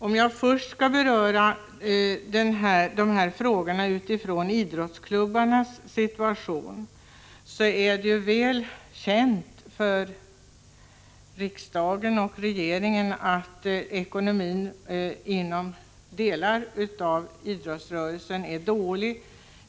För att först beröra frågorna utifrån idrottsklubbarnas situation, så är det ju väl känt för riksdagen och regeringen att ekonomin inom delar av idrottsrörelsen är dålig.